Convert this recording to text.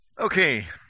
Okay